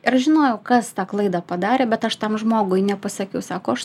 ir aš žinojau kas tą klaidą padarė bet aš tam žmogui nepasakiau sako aš